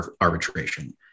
arbitration